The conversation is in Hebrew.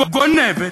גונבת,